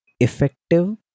effective